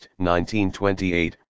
1928